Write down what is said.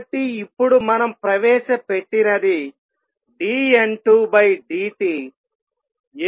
కాబట్టి ఇప్పుడు మనం ప్రవేశపెట్టినది dN2 dt